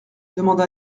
demanda